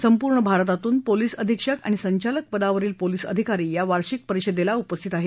संपूर्ण भारतातून पोलीस अधिक्षक आणि संचालक पदावरील पोलीस अधिकारी या वार्षिक परिषदेला उपस्थित आहेत